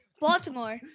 Baltimore